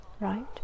Right